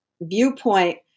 viewpoint